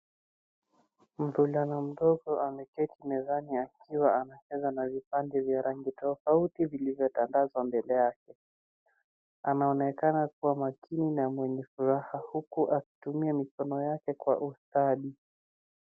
Mvulana mdogo ameketi mezani akiwa anacheza na vipande vya rangi tofauti zilizotandazwa mbele yake. Anaonekana kua makini na mwenye furaha, huku akitumia mikono yake kwa ustadi.